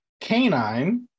canine